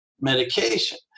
medication